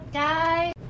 guys